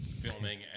Filming